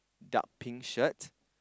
dark pink shirt